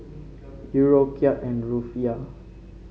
Euro Kyat and Rufiyaa